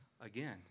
again